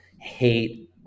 hate